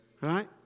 right